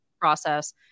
process